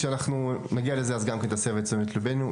כשאנחנו נגיע לזה תסב את תשומת לבנו.